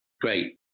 great